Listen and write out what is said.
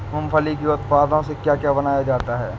मूंगफली के उत्पादों से क्या क्या बनाया जाता है?